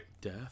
death